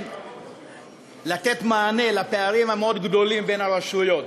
לתת מענה לפערים המאוד-גדולים בין הרשויות.